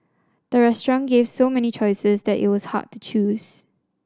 the restaurant gave so many choices that it was hard to choose